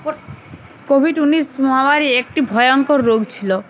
Covid উনিশ মহাবারী একটি ভয়ঙ্কর রোগ ছিল